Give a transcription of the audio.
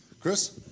Chris